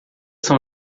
são